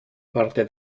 parte